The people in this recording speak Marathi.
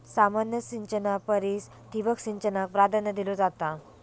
सामान्य सिंचना परिस ठिबक सिंचनाक प्राधान्य दिलो जाता